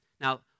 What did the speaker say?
Now